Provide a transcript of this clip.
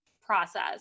process